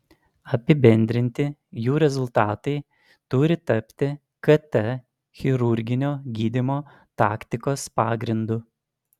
apibendrinti jų rezultatai turi tapti kt chirurginio gydymo taktikos pagrindu